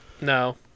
No